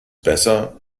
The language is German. besser